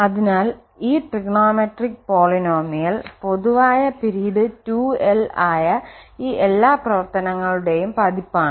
അതിനാൽ ഈ trigonometric polynomial പൊതുവായ പിരീഡ് 2l ആയ ഈ എല്ലാ പ്രവർത്തനങ്ങളുടെയും പതിപ്പ് ആണ്